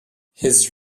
his